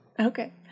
Okay